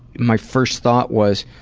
my first thought was,